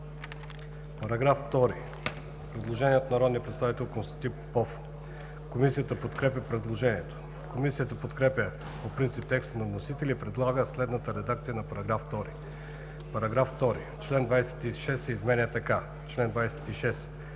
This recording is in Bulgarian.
По § 2 има предложение от народния представител Константин Попов. Комисията подкрепя предложението. Комисията подкрепя по принцип текста на вносителя и предлага следната редакция на § 2: „§ 2. Член 26 се изменя така: „Чл. 26.